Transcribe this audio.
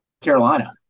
Carolina